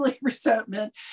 resentment